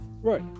Right